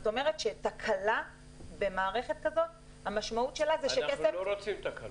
זה אומר שתקלה במערכת כזאת משמעותה --- אנחנו לא רוצים תקלות.